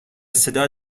صدا